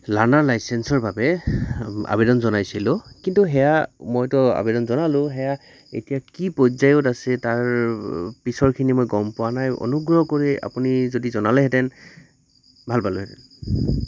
লাৰণাৰ লাইচেন্সৰ বাবে আবেদন জনাইছিলোঁ কিন্তু সেয়া মইতো আবেদন জনালোঁ সেয়া এতিয়া কি পৰ্যায়ত আছে তাৰ পিছৰখিনি মই গম পোৱা নাই অনুগ্ৰহ কৰি আপুনি যদি জনালেহেঁতেন ভাল পালোঁহেঁতেন